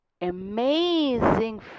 amazing